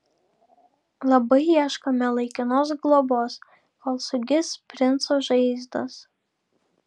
labai ieškome laikinos globos kol sugis princo žaizdos